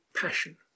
passion